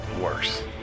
worse